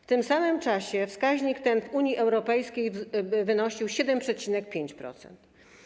W tym samym czasie wskaźnik ten w Unii Europejskiej wynosił 7,5%.